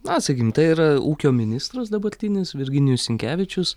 na sakykim tai yra ūkio ministras dabartinis virginijus sinkevičius